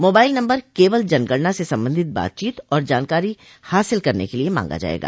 mobile number केवल जनगणना से संबंधित बातचीत और जानकारी हासिल करने के लिए मांगा जाएगा